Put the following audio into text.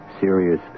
serious